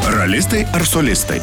ralistai ar solistai